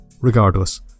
Regardless